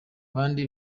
kandi